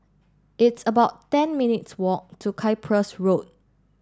it's about ten minutes' walk to Cyprus Road